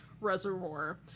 reservoir